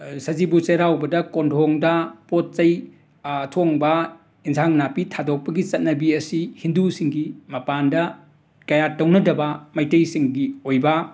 ꯁꯖꯤꯕꯨ ꯆꯩꯔꯥꯎꯕꯗ ꯀꯣꯟꯊꯣꯡꯗ ꯄꯣꯠ ꯆꯩ ꯑꯊꯣꯡꯕ ꯏꯟꯓꯥꯡ ꯅꯥꯄꯤ ꯊꯥꯗꯣꯛꯄꯒꯤ ꯆꯠꯅꯕꯤ ꯑꯁꯤ ꯍꯤꯟꯗꯨꯁꯤꯡꯒꯤ ꯃꯄꯥꯟꯗ ꯀꯌꯥ ꯇꯧꯅꯗꯕ ꯃꯩꯇꯩꯁꯤꯡꯒꯤ ꯑꯣꯏꯕ